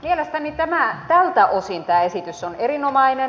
mielestäni tältä osin tämä esitys on erinomainen